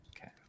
Okay